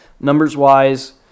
numbers-wise